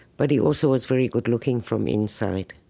but he also was very good-looking from inside.